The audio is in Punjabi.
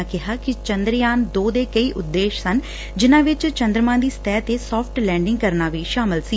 ਉਨ੍ਹਾਂ ਕਿਹਾ ਕਿ ਚੰਦਰਯਾਨ ਦੋ ਦੇ ਕਈ ਉਦੇਸ਼ ਸਨ ਜਿਨੂਾਂ ਵਿਚ ਚੰਦਰਮਾ ਦੀ ਸਤਹਿ ਤੇ ਸੋਫਟ ਲੈਡਿੰਗ ਕਰਨਾ ਵੀ ਸ਼ਾਮਲ ਸੀ